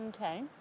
Okay